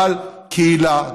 אבל קהילה,